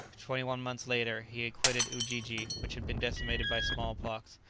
twenty-one months later he quitted ujiji, which had been decimated by small-pox,